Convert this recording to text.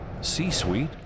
C-Suite